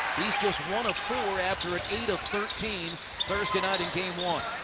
he's just one of four after an eight of thirteen thursday night in game one.